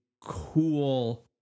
cool